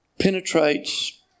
penetrates